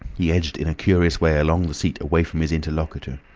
he edged in a curious way along the seat away from his interlocutor.